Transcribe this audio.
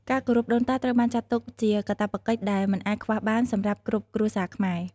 ការគោរពដូនតាត្រូវបានចាត់ទុកជាកាតព្វកិច្ចដែលមិនអាចខ្វះបានសម្រាប់គ្រប់គ្រួសារខ្មែរ។